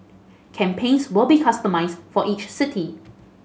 campaigns will be customised for each city